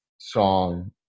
song